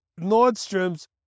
Nordstroms